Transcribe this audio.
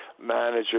manager